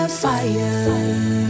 fire